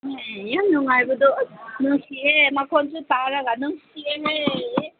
ꯌꯥꯝ ꯅꯨꯡꯉꯥꯏꯕꯗꯣ ꯑꯁ ꯅꯨꯡꯁꯤꯌꯦ ꯃꯈꯣꯜꯁꯨ ꯇꯥꯔꯒ ꯅꯨꯡꯁꯤꯌꯦꯅꯦꯌꯦ